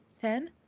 ten